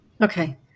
Okay